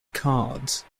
cards